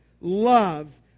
love